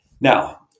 now